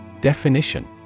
Definition